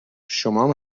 شمام